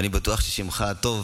אני בטוח ששמך הטוב